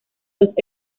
dos